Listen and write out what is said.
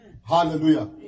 Hallelujah